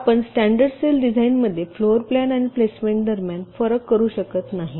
तर आपण standard cell डिझाइनमध्ये फ्लोर प्लॅन आणि प्लेसमेंट दरम्यान फरक करू शकत नाही